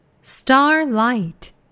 Starlight